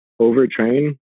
overtrain